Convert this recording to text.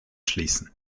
schließen